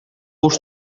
буш